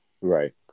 Right